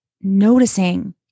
noticing